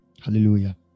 Hallelujah